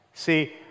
See